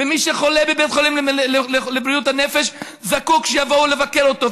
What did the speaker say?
מי שחולה בבית חולים לבריאות הנפש זקוק שיבואו לבקר אותו,